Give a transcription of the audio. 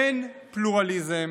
אין פלורליזם,